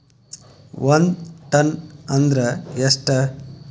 ಒಂದ್ ಟನ್ ಅಂದ್ರ ಎಷ್ಟ?